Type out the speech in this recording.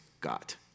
got